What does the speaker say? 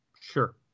Sure